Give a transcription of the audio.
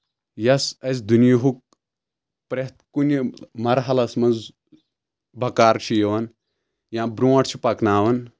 یس اَسہِ دُنیہُک پرٛٮ۪تھ کُنہِ مرحلس منٛز بَکار چھِ یِوان یا برٛونٛٹھ چھُ پَکناوان